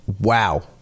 Wow